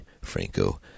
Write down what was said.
Franco